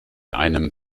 einem